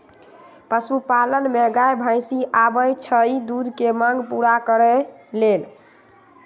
पशुपालन में गाय भइसी आबइ छइ दूध के मांग पुरा करे लेल